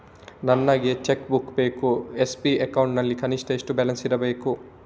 ನನಗೆ cheque book ಬೇಕು SB account ನಲ್ಲಿ ಕನಿಷ್ಠ ಎಷ್ಟು ಬ್ಯಾಲೆನ್ಸ್ ಇರಬೇಕು?